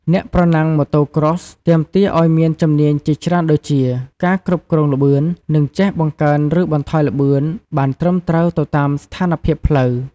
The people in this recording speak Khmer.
អ្នកប្រណាំង Motocross ទាមទារឲ្យមានជំនាញជាច្រើនដូចជា ការគ្រប់គ្រងល្បឿន និងចេះបង្កើនឬបន្ថយល្បឿនបានត្រឹមត្រូវទៅតាមស្ថានភាពផ្លូវ។